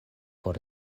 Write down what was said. por